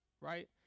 Right